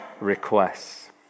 requests